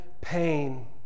pain